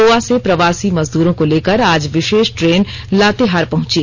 गोवा से प्रवासी मजदूरों को लेकर आज विशेष ट्रेन लातेहार पहुंची